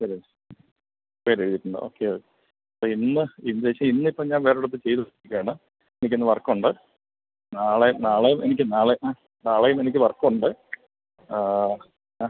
പേര് പേരെഴുതീട്ടുണ്ട് ഓക്കെ ഇന്ന് എന്താണെന്നു വെച്ചാൽ ഇന്നിപ്പം ഞാൻ വേറൊരിടത്ത് ചെയ്തുകൊണ്ടിരിക്കുകയാണ് എനിക്കിന്ന് വർക്കുണ്ട് നാളെ നാളെ എനിക്ക് നാളേയും ആ നാളെയും എനിക്ക് വർക്കുണ്ട് ആ